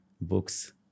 books